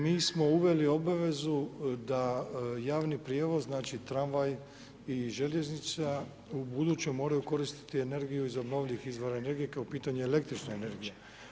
Mi smo uveli obavezu da javni prijevoz, znači tramvaj i željeznica ubuduće moraju koristiti energiju iz obnovljivih izvora energije kao pitanje električne energije.